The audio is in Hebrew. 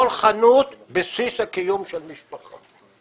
כל חנות בסיס הקיום של משפחה.